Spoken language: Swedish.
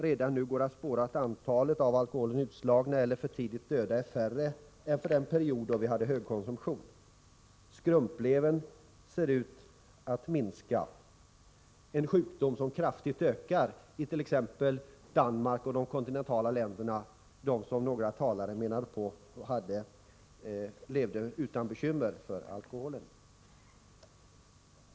Redan nu går det att spåra att antalet av alkoholen utslagna eller för tidigt döda är mindre än under den period då vi hade högkonsumtion. Sjukdomen skrumplever ser ut att minska i omfattning. Däremot ökar sjukdomen kraftigt i t.ex. Danmark och de kontinentala länderna, där man enligt några av talarna här levde utan bekymmer för alkohol.